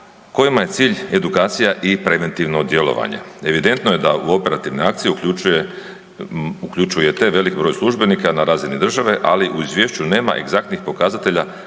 kojima je cilj edukacija i preventivno djelovanje. Evidentno je da u operativne akcije uključujete velik broj službenika na razini države, ali u izvješću nema egzaktnih pokazatelja